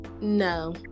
No